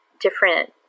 different